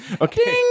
okay